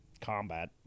combat